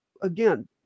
again